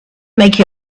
make